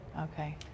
Okay